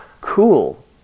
Cool